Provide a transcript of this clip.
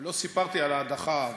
לא סיפרתי על ההדחה,